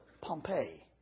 Pompeii